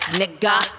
nigga